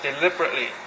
deliberately